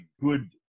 good